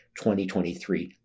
2023